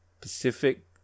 Pacific